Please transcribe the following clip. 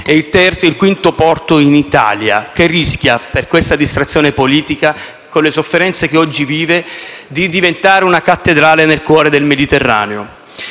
merci e il quinto porto in Italia, che rischia, per questa distrazione politica, con le sofferenze che oggi vive, di diventare una cattedrale nel cuore del Mediterraneo.